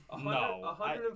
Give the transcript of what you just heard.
No